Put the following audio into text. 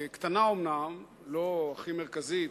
קטנה אומנם, לא הכי מרכזית,